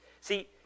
See